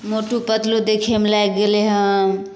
मोटू पतलू देखयमे लागि गेलै हन